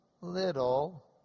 little